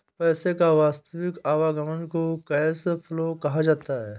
पैसे का वास्तविक आवागमन को कैश फ्लो कहा जाता है